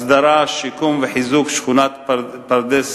הסדרה, שיקום וחיזוק של שכונת פרדס-שניר,